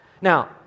Now